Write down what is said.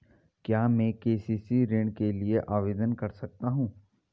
क्या मैं के.सी.सी ऋण के लिए आवेदन कर सकता हूँ?